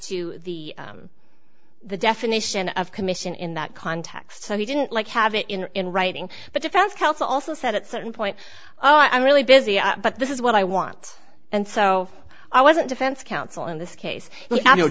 to the the definition of commission in that context so he didn't like have it in writing but defense counsel also said at certain point oh i'm really busy but this is what i want and so i wasn't defense counsel in this case you know